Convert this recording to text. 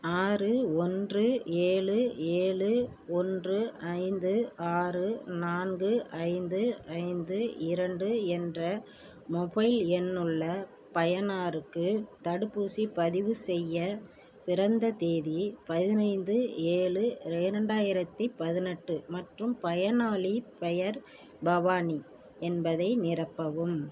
ஆறு ஒன்று ஏழு ஏழு ஒன்று ஐந்து ஆறு நான்கு ஐந்து ஐந்து இரண்டு என்ற மொபைல் எண்ணுள்ள பயனாருக்கு தடுப்பூசிப் பதிவு செய்ய பிறந்த தேதி பதினைந்து ஏழு இரண்டாயிரத்தி பதினெட்டு மற்றும் பயனாளிப் பெயர் பவானி என்பதை நிரப்பவும்